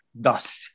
dust